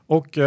Och